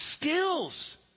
skills